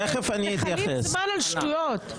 אתם --- זמן על שטויות.